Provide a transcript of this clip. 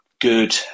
good